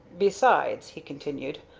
besides, he continued,